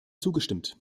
zugestimmt